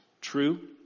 True